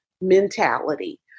mentality